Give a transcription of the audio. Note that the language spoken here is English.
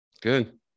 Good